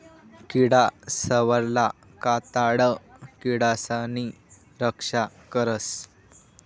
किडासवरलं कातडं किडासनी रक्षा करस